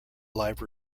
live